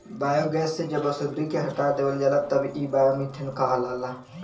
biogas से जब अशुद्धि के हटा देवल जाला तब इ बायोमीथेन कहलाला